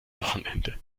wochenende